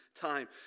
time